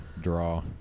draw